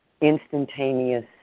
instantaneous